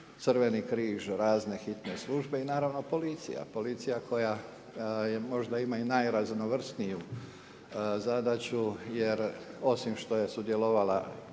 Crveni križ, razne hitne službe i naravno policija, policija koja možda ima i najraznovrsniju zadaću jer osim što je sudjelovala